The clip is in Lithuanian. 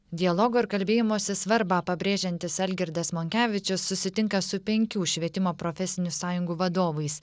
dialogo ir kalbėjimosi svarbą pabrėžiantis algirdas monkevičius susitinka su penkių švietimo profesinių sąjungų vadovais